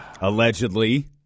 allegedly